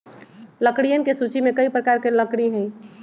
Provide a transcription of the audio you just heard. लकड़ियन के सूची में कई प्रकार के लकड़ी हई